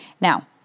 Now